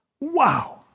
Wow